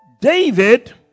David